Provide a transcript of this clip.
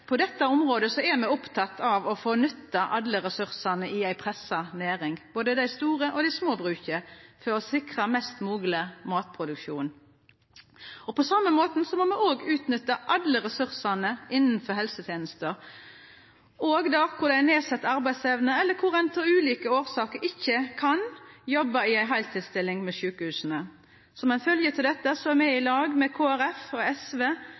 På dette området er me oppteken av å få nytta alle ressursane i ei pressa næring, både dei store og dei små bruka, for å sikra mest mogleg matproduksjon. På same måten må me også utnytta alle ressursane innanfor helsetenestene – også hos dei som har nedsett arbeidsevne, eller som av ulike årsaker ikkje kan jobba i ei heiltidsstilling ved sjukehusa. Som ei følgje av dette er me i lag med Kristeleg Folkeparti og SV